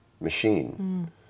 machine